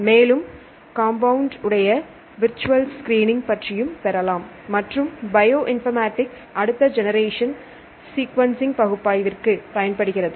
மேலும் காம்பவுண்ட் உடைய virtual screening பற்றியும் பெறலாம் மற்றும் பயோ இன்பர்மேட்டிக்ஸ் அடுத்த ஜெனரேஷன் சீகுவன்சிங் பகுப்பாய்விற்கு பயன்படுகிறது